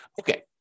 Okay